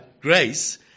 grace